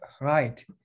right